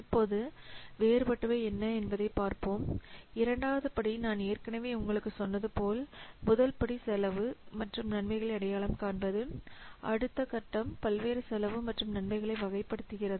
இப்போது வேறுபட்டவை என்ன என்பதைப் பார்ப்போம் இரண்டாவது படி நான் ஏற்கனவே உங்களுக்குச் சொன்னது போல் முதல் படி செலவு மற்றும் நன்மைகளை அடையாளம் காண்பது அடுத்த கட்டம் பல்வேறு செலவு மற்றும் நன்மைகளை வகைப்படுத்துகிறது